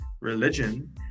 religion